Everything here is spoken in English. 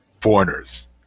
foreigners